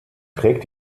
trägt